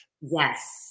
Yes